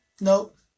nope